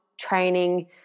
training